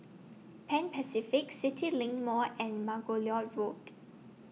Pan Pacific CityLink Mall and Margoliouth Road